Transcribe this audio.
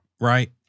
right